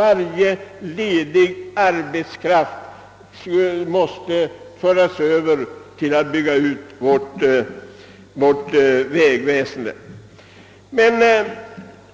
All ledig arbetskraft måste utnyttjas för att bygga ut vårt vägväsende.